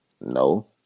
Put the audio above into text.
No